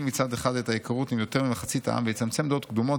מצד אחד את ההיכרות עם יותר ממחצית העם ויצמצם דעות קדומות,